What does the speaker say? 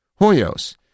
Hoyos